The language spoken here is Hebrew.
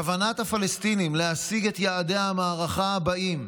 כוונת הפלסטינים להשיג את יעדי המערכה הבאים: